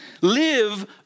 Live